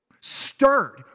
stirred